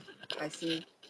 I see